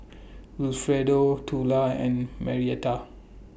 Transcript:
Wilfredo Tula and Marietta